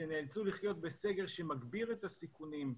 שנאלצו לחיות בסגר שמגביר את הסיכונים,